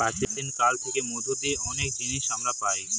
প্রাচীন কাল থেকে মধু দিয়ে অনেক জিনিস আমরা পায়